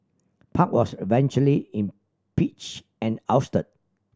park was eventually impeached and ousted